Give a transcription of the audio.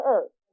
Earth